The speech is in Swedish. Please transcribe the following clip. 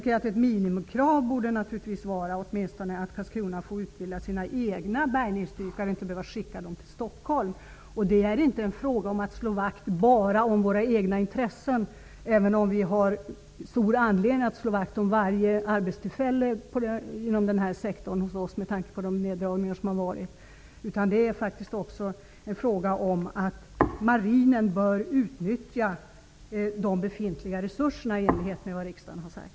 Ett minimikrav borde vara att Karlskrona åtminstone får utbilda sina egna bärgningsdykare och inte behöva skicka dem till Stockholm. Det är inte fråga om att enbart slå vakt om egna intressen, även om vi med tanke på de neddragningar som skett har stor anledning att slå vakt om varje arbetstillfälle inom denna sektor. Det är fråga om att Marinen bör utnyttja de befintliga resurserna i enlighet med vad riksdagen har sagt.